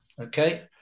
Okay